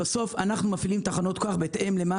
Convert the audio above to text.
בסוף אנחנו מפעילים תחנות כוח בהתאם למה